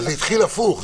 אבל זה התחיל הפוך.